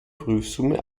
prüfsumme